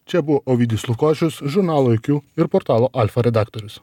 čia buvo ovidijus lukošius žurnalo iq ir portalo alfa redaktorius